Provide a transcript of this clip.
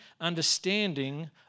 understanding